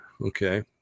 Okay